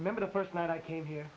remember the first night i came here